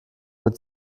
mit